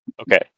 Okay